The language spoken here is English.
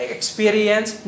Experience